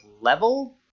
level